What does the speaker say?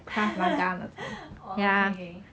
orh okay